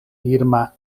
firma